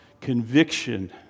conviction